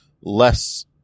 less